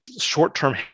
short-term